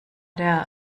der